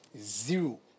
Zero